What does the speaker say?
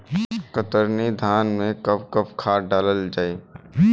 कतरनी धान में कब कब खाद दहल जाई?